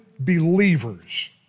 believers